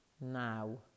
now